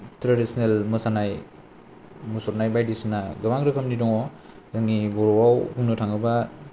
traditional मोसानाय मुसुरनाय बायदिसिना गोबां रोखोमनि दङ जोंनि बर'आव बुंनो थाङोब्ला